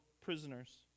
prisoners